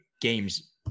games